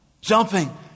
jumping